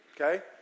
Okay